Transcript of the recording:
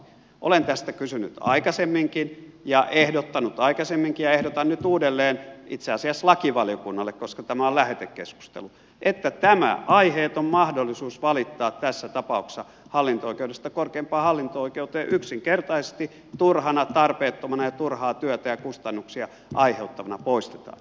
olen tästä kysynyt aikaisemminkin ja ehdottanut aikaisemminkin ja ehdotan nyt uudelleen itse asiassa lakivaliokunnalle koska tämä on lähetekeskustelu että tämä aiheeton mahdollisuus valittaa tässä tapauksessa hallinto oikeudesta korkeimpaan hallinto oikeuteen yksinkertaisesti turhana tarpeettomana ja turhaa työtä ja kustannuksia aiheuttavana poistetaan